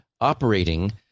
operating